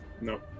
No